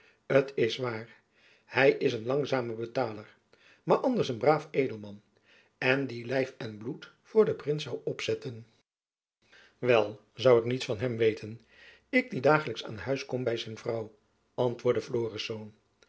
t is waar hy is een langzame betaler maar anders een braaf edelman en die lijf en bloed voor den prins zoû opzetten wel zoû ik niets van hem weten ik die dagelijks aan huis kom by zijn vrouw antwoordde